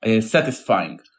satisfying